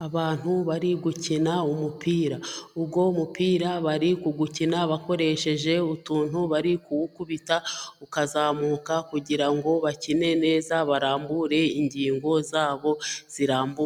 Abantu bari gukina umupira, uwo mupira bari ku kuwukina bakoresheje utuntu bari kuwukubita ukazamuka, kugira ngo bakine neza barambure ingingo zabo zirambu....